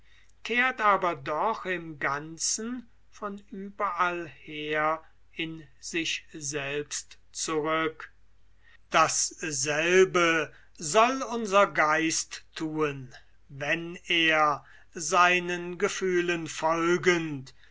kehrt aber doch im ganzen von überall her in sich selbst zurück dasselbe soll unser geist thun wenn er seinen gefühlen folgend